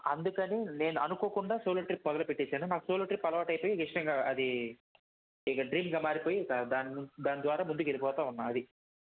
అందుకనే నేను అనుకోకుండా సోలో ట్రిప్ మొదలుపెట్టేసాను నాకు సోలో ట్రిప్ అలవాటైపోయి ఇష్టంగా అది ఇక డ్రీమ్ గా మారిపోయి దాని ద్వారా ముందుకెళిపోతావున్నా అది